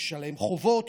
יש עליהם חובות,